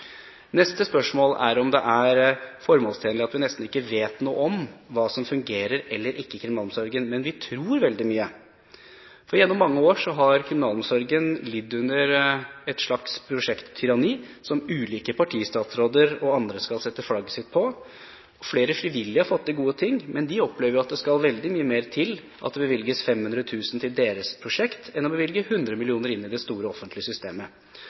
Neste spørsmål er om det er formålstjenlig at vi nesten ikke vet noe om hva som fungerer eller ikke, i kriminalomsorgen. Men vi tror veldig mye. Gjennom mange år har kriminalomsorgen lidd under et slags prosjekttyranni som ulike partistatsråder og andre skal sette flagget sitt på. Flere frivillige har fått til gode ting, men de opplever jo at det skal veldig mye mer til for at det bevilges 500 000 kr til deres prosjekt, enn til det å bevilge 100 mill. kr inn i det store offentlige systemet.